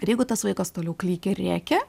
ir jeigu tas vaikas toliau klykia ir rėkia